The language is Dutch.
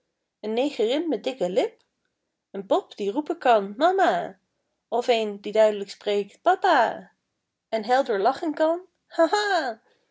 een negerin met dikke lip een pop die roepen kan mama of een die duid'lijk spreekt papa en helder lachen kan